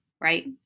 right